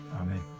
Amen